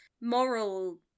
moral